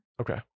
Okay